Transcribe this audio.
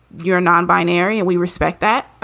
you're non binary and we respect that.